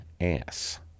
ass